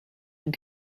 and